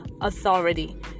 authority